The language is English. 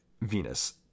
Venus